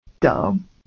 dumb